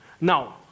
Now